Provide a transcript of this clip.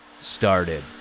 started